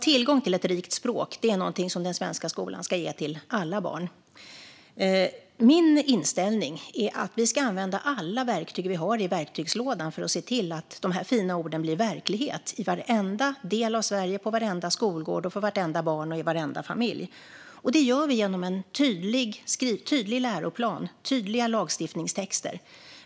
Tillgång till ett rikt språk är något som den svenska skolan ska ge alla barn. Min inställning är att vi ska använda alla verktyg vi har i verktygslådan för att se till att de här fina orden blir verklighet i varenda del av Sverige, på varenda skolgård och för vartenda barn i varenda familj. Det gör vi genom en tydlig läroplan och tydliga lagstiftningstexter.